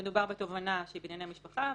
כשמדובר בתובענה שהיא בענייני משפחה,